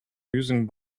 using